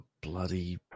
bloody